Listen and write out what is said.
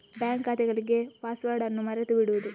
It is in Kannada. ಬ್ಯಾಂಕ್ ಖಾತೆಗಳಿಗೆ ಪಾಸ್ವರ್ಡ್ ಅನ್ನು ಮರೆತು ಬಿಡುವುದು